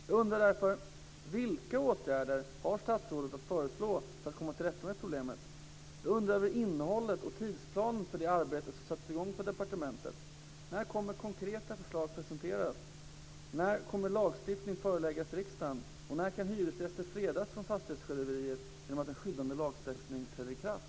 Jag undrar därför vilka åtgärder som statsrådet har att föreslå för att komma till rätta med problemet? Jag undrar över innehållet och tidsplanen för det arbete som satts i gång på departementet. När kommer konkreta förslag att presenteras? När kommer lagstiftning att föreläggas riksdagen, och när kan hyresgäster fredas från fastighetssjöröveriet genom att en skyddande lagstiftning träder i kraft?